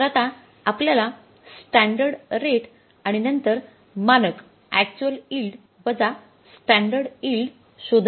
तर आता आपल्याला स्टॅंडर्ड रेट आणि नंतर मानक actual yield minus standard yield शोधणे आवश्यक आहे